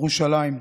מירושלים,